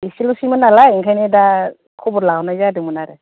एसेल'सैमोन नालाय ओंखायनो दा खबर लाहरनाय जादोंमोन आरो